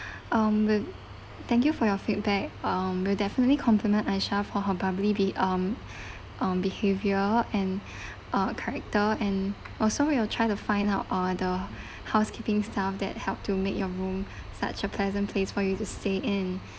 um thank you for your feedback um we'll definitely complement aishah for her bubbly be~ um um behavior and uh character and also we will try to find out uh the housekeeping staff that help to make your room such a pleasant place for you to stay in